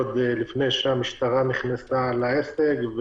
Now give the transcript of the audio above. עוד לפני שהמשטרה וגורמים אחרים נכנסו לעסק,